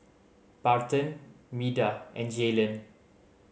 Barton Meda and Jaylen